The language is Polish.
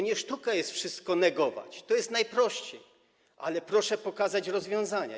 Nie sztuką jest wszystko negować, to jest najprostsze, ale proszę pokazać rozwiązania.